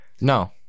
No